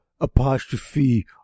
apostrophe